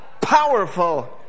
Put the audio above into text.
powerful